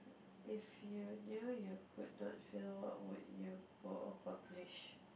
if you knew you could not fail what would you go accomplish